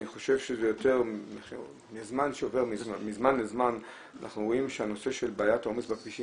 אני חושב שזה מזמן לזמן אנחנו רואים שהנושא של בעיית העומס בכבישים,